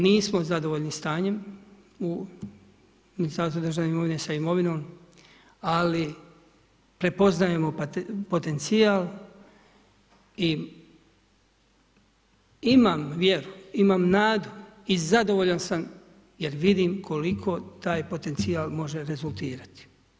Nismo zadovoljni stanjem u Ministarstvom državne imovine sa imovinom, ali prepoznajemo potencijal i imam vjeru, imam nadu, i zadovoljan sam jer vidim koliko taj potencijal može rezultirati.